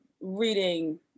reading